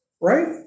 Right